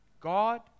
God